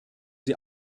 sie